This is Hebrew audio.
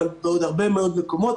בעוד הרבה מאוד מקומות.